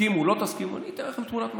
תסכימו או לא תסכימו, אני אתן לכם תמונת מצב.